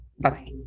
Bye